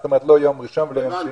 זאת אומרת לא יום ראשון ולא יום שני,